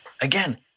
again